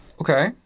Okay